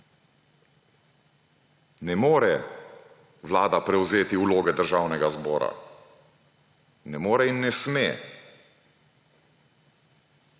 Ne more Vlada prevzeti vloge Državnega zbora. Ne more in ne sme.